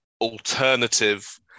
alternative